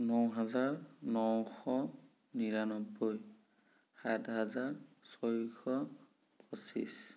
ন হাজাৰ ন শ নিৰান্নব্বৈ সাত হাজাৰ ছয়শ পঁচিছ